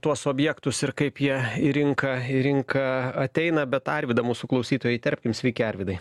tuos objektus ir kaip jie į rinką į rinką ateina bet arvydą mūsų klausytoją įterpkim sveiki arvydai